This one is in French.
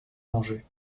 manger